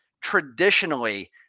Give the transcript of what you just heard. traditionally